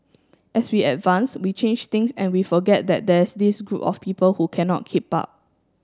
as we advance we change things and we forget that there's this group of people who cannot keep up